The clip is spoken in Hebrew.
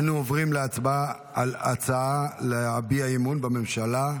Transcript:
אנו עוברים להצבעה על הצעה של יש עתיד להביע אי-אמון בממשלה.